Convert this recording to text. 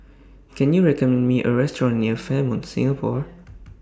Can YOU recommend Me A Restaurant near Fairmont Singapore